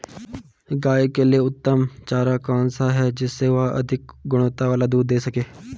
गाय के लिए उत्तम चारा कौन सा है जिससे वह अधिक गुणवत्ता वाला दूध दें सके?